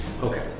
Okay